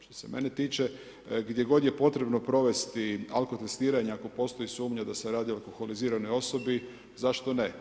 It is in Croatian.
Što se mene tiče, gdje god je potrebno provesti alkotestiranja, ako postoji sumnja da se radi o alkoholiziranoj osobi, zašto ne.